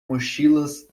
mochilas